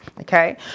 okay